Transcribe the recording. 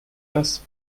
das